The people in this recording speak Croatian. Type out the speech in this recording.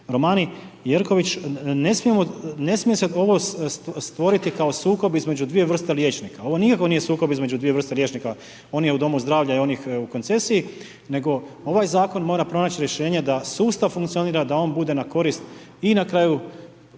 Romani Jerković, ne smije se ovo stvoriti kao sukob između dvije vrste liječnika. Ovo nikako nije sukob između dvije vrste liječnika, on je u domu zdravlja i onih u koncesiji, nego ovaj zakon mora pronaći rješenje da sustav funkcionira, da on bude na korist i na kraju